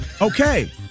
okay